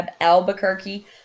Albuquerque